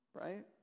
right